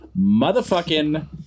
motherfucking